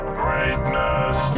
greatness